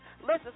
Listen